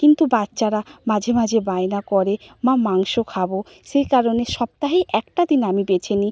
কিন্তু বাচ্চারা মাঝে মাঝে বায়না করে মা মাংস খাব সেই কারণে সপ্তাহে একটা দিন আমি বেছে নিই